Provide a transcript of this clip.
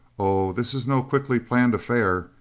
oh, this is no quickly planned affair,